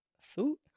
Suit